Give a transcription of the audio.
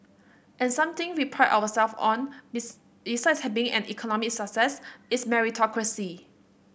and something we pride ourselves on besides being an economic success is meritocracy